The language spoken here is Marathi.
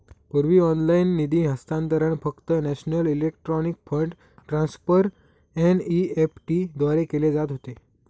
पूर्वी ऑनलाइन निधी हस्तांतरण फक्त national electronic fund transfer NEFT द्वारे केले जात होते